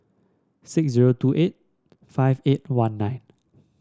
six zero two eight five eight one nine